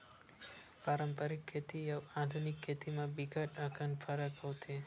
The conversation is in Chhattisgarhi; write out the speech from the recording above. पारंपरिक खेती अउ आधुनिक खेती म बिकट अकन फरक होथे